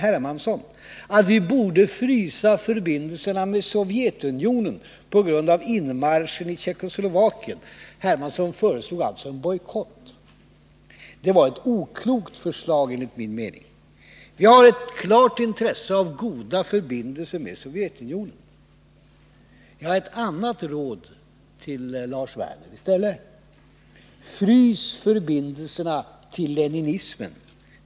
Hermansson att vi på grund av inmarschen i Tjeckoslovakien borde frysa förbindelserna med Sovjetunionen. C.-H. Hermansson föreslog alltså en bojkott. Det var enligt min mening ett oklokt förslag. Vi har ett klart intresse av goda förbindelser med Sovjetunionen. Jag har i stället ett annat råd till Lars Werner: Frys förbindelserna med leninismen!